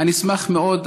אני אשמח מאוד,